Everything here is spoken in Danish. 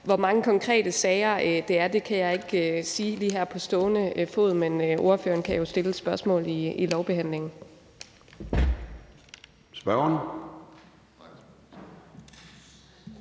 Hvor mange konkrete sager det er, kan jeg ikke sige lige her på stående fod, men ordføreren kan jo stille et spørgsmål under lovbehandlingen.